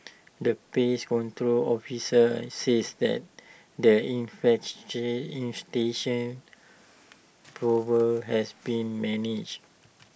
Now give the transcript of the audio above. the pest control officer says that the infestation problem has been managed